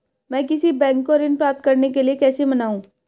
मैं किसी बैंक को ऋण प्राप्त करने के लिए कैसे मनाऊं?